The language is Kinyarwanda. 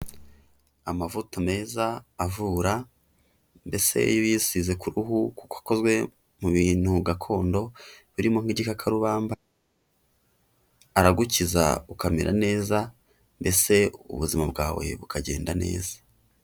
Amavuta meza avura, mbese iyo uyisize ku ruhu kuko akozwe mu bintu gakondo birimo nk'igikarubamba, aragukiza ukamera neza, mbese ubuzima bwawe bukagenda neza.